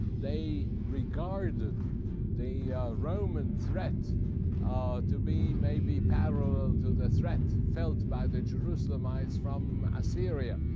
they regarded the roman threat ah to be, maybe, parallel to the threat felt by the jerusalemites from assyria,